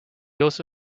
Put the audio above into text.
also